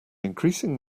increasing